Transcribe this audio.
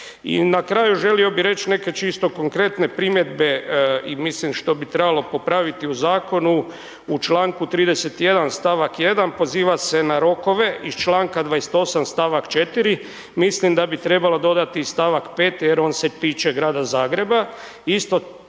I na kraju, želio bi reć neke čisto konkretne primjedbe i mislim što bi trebalo popraviti u Zakonu, u čl. 31. st. 1. poziva se na rokove iz čl. 28. st. 4., mislim da bi trebalo dodati st. 5. jer on se tiče Grada Zagreba.